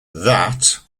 that